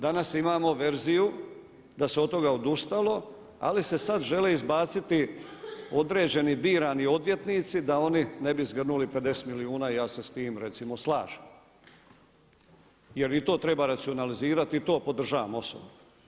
Danas imamo verziju da se od toga odustalo ali se sada želi izbaciti određeni birani odvjetnici da oni ne bi zgrnuli 50 milijuna i ja se s tim recimo slažem jel i to treba racionalizirati i to podržavam osobno.